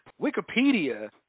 Wikipedia